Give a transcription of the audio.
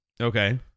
Okay